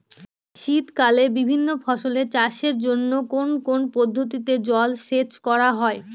শীতকালে বিভিন্ন ফসলের চাষের জন্য কোন কোন পদ্ধতিতে জলসেচ করা হয়?